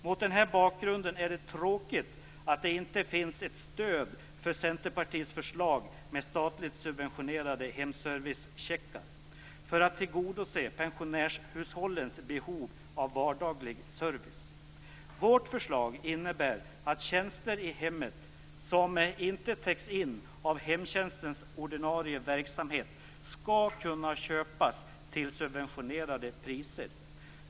Mot den här bakgrunden är det tråkigt att det inte finns stöd för Centerpartiets förslag med statligt subventionerade hemservicecheckar, för att tillgodose pensionärshushållens behov av vardaglig service. Vårt förslag innebär att tjänster i hemmet, som inte täcks in av hemtjänstens ordinarie verksamhet, skall kunna köpas till subventionerade priser.